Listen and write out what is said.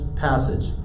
passage